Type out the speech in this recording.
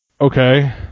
Okay